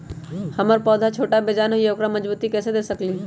हमर पौधा छोटा बेजान हई उकरा मजबूती कैसे दे सकली ह?